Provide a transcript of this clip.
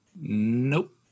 nope